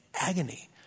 agony